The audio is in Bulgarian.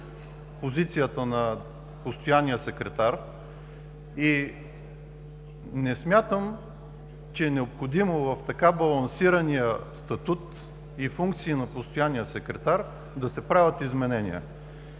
позицията на постоянния секретар и не смятам, че е необходимо в така балансирания статут и функции на постоянния секретар да се правят изменения.